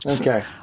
okay